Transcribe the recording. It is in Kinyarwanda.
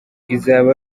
izaba